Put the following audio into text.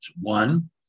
One